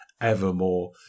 evermore